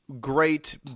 Great